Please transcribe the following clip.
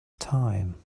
time